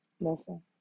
Listen